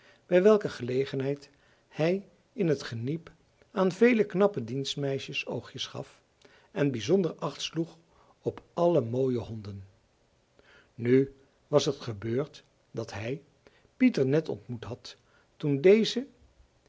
bij welke gelegenheid hij in t geniep aan vele knappe dienstmeisjes oogjes gaf en bijzonder acht sloeg op alle mooie honden nu was het gebeurd dat hij pieter net ontmoet had toen deze